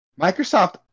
Microsoft